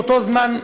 באותו זמן,